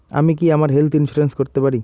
আমি কি আমার হেলথ ইন্সুরেন্স করতে পারি?